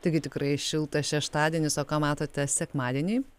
taigi tikrai šiltas šeštadienis o ką matote sekmadienį